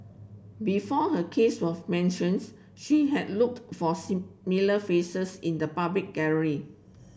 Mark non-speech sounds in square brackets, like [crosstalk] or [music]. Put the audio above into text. before her case was mentions she had looked for [unintelligible] faces in the public [unintelligible]